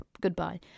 goodbye